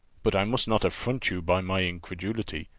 but i must not affront you by my incredulity.